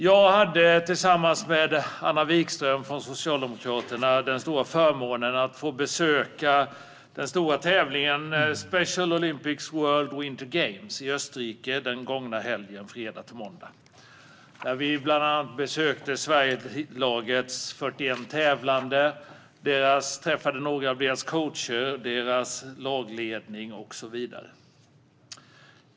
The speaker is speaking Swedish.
Jag hade, tillsammans med Anna Vikström från Socialdemokraterna, den stora förmånen att den gångna helgen, fredag-måndag, besöka Special Olympics World Winter Games i Österrike. Vi besökte bland annat Sverigelagets 41 tävlande, träffade några av deras coacher, lagledning och så vidare.